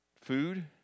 food